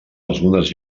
algunes